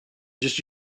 just